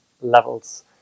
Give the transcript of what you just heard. levels